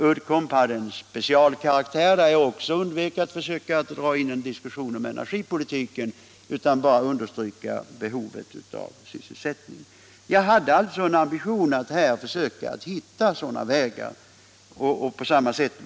Uddcomb hade specialkaraktär, och jag försökte på den punkten undvika att dra upp en diskussion om energipolitiken och underströk bara behovet av sysselsättning. Jag har alltså ambitionen att här försöka hitta vägar till sysselsättning.